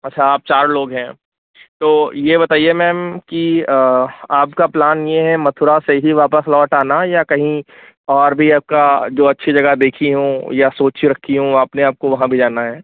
अच्छा आप चार लोग हैं तो ये बताइए कि मैंम की आपका प्लान ये है मथुरा से ही वापस लौट आना या कहीं और भी आपका जो अच्छी जगह देखी हों या सोच रखी हों आपने आपको वहाँ भी जाना है